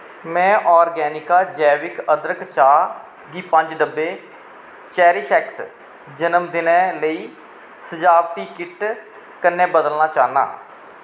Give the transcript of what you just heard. में आर्गेनिका जैविक अदरक चाह् गी पंज डब्बे चेरिशएक्स जनमदिनै लेई सजावटी किट कन्नै बदलना चाह्न्नां